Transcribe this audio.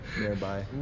nearby